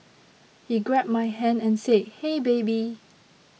he grabbed my hand and said hey baby